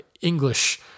English